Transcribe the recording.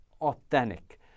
authentic